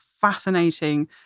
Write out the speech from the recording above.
fascinating